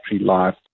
life